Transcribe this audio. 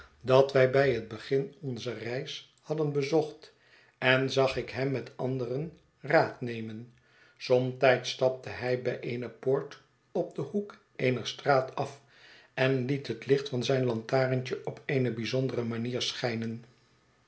dat wij bij het begin onzer reis hadden bezocht en zag ik hem met anderen raad nemen somtijds stapte hij bij eene poort op den hoek eener straat af en liet het licht van zijn lantaarntje op eene bijzondere manier schijnen